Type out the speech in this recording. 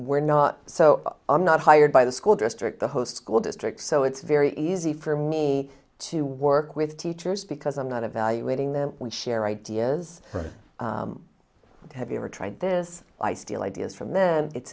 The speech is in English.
were not so i'm not hired by the school district the host school district so it's very easy for me to work with teachers because i'm not evaluating them we share ideas or have you ever tried this i steal ideas from then it's